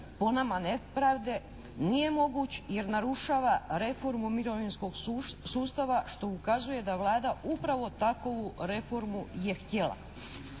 po nama nepravde nije moguć jer narušava reformu mirovinskog sustava, što ukazuje da Vlada upravo takovu reformu je htjela.